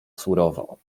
surowo